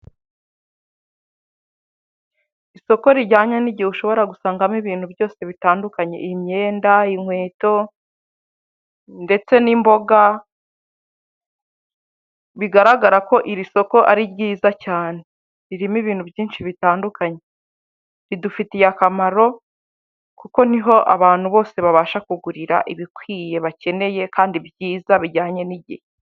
Isoko rijyanye n'igihe ushobora gusangamo ibintu byose bitandukanye, imyenda, inkweto ndetse n'imboga, bigaragara ko iri soko ari ryiza cyane, ririmo ibintu byinshi bitandukanye, ridufitiye akamaro kuko niho abantu bose babasha kugurira ibikwiye bakeneye kandi byiza bijyanye n'igihe.